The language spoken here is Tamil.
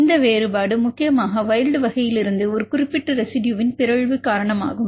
இந்த வேறுபாடு முக்கியமாக வைல்ட் வகையிலிருந்து ஒரு குறிப்பிட்ட ரெசிடுயுவின் பிறழ்வு காரணமாகும்